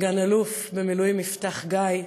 סגן-אלוף במילואים יפתח גיא,